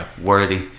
worthy